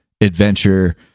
adventure